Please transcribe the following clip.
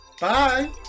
bye